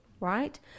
Right